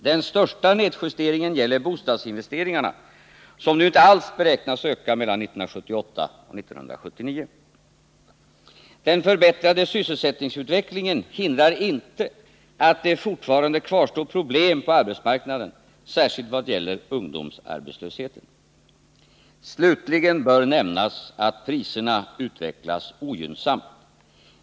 Den största nedjusteringen gäller bostadsinvesteringarna som nu inte alls beräknas öka mellan 1978 och 1979. Den förbättrade sysselsättningsutvecklingen hindrar inte att det fortfarande kvarstår problem på arbetsmarknaden, särskilt vad gäller ungdomsarbetslösheten. Slutligen bör nämnas att priserna utvecklas ogynnsamt.